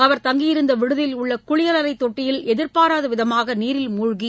அவர் தங்கியிருந்த விடுதியில் உள்ள குளியலறை தொட்டியில் எதிர்பாராத விதமாக நீரில் மூழ்கி